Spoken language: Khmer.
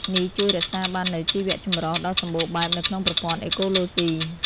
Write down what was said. នេះជួយរក្សាបាននូវ ជីវចម្រុះ ដ៏សម្បូរបែបនៅក្នុងប្រព័ន្ធអេកូឡូស៊ី។